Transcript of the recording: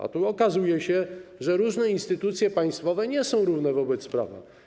A tu okazuje się, że różne instytucje państwowe nie są równe wobec prawa.